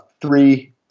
three